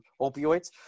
opioids